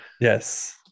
yes